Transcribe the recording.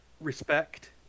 respect